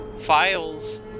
files